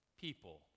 People